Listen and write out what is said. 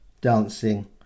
dancing